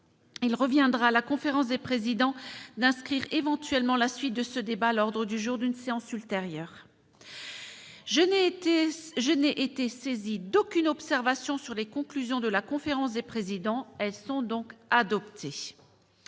Il reviendra à la conférence des présidents d'inscrire éventuellement la suite de ce débat à l'ordre du jour d'une séance ultérieure. Je n'ai été saisie d'aucune observation sur les conclusions de la conférence des présidents. Elles sont donc adoptées.